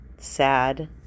sad